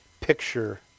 picture